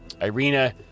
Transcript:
Irina